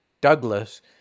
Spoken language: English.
douglas